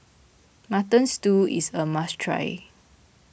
Mutton Stew is a must try